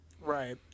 right